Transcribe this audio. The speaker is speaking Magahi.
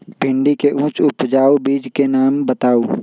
भिंडी के उच्च उपजाऊ बीज के नाम बताऊ?